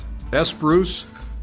sbruce